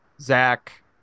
Zach